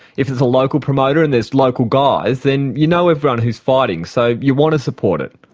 if there's a local promoter and there's local guys, then you know everyone who's fighting, so you want to support it.